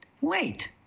wait